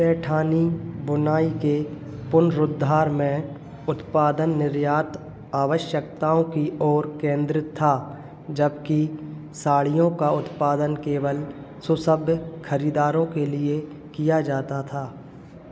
पैठानी बुनाई के पुनरुद्धार में उत्पादन निर्यात आवश्यकताओं की ओर केन्द्रित था जबकि साड़ियों का उत्पादन केवल सुसभ्य ख़रीदारों के लिए किया जाता था